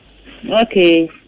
Okay